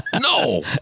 No